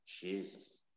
Jesus